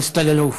חבר הכנסת אלאלוף.